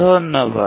ধন্যবাদ